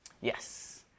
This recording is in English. Yes